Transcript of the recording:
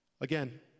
Again